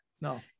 no